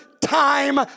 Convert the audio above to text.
time